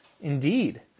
Indeed